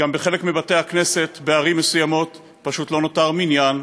גם בחלק מבתי-הכנסת בערים מסוימות פשוט לא נותר מניין.